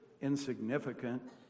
insignificant